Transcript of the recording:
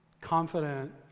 confident